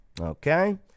Okay